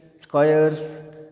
squares